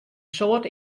soad